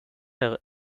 her